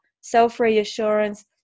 self-reassurance